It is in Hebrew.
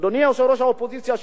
אדוני יושב-ראש האופוזיציה,